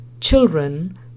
children